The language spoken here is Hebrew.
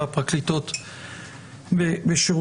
וזה חריג לתנאי הקוורום שקבענו שאם יש שלושה נושים,